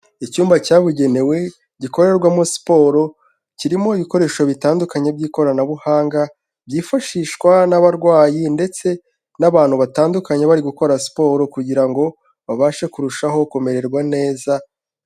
Icyumba cyabugenewe gikorerwamo siporo, kirimo ibikoresho bitandukanye by'ikoranabuhanga byifashishwa n'abarwayi ndetse n'abantu batandukanye bari gukora siporo kugira ngo babashe kurushaho kumererwa neza.